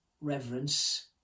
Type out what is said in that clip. reverence